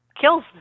kills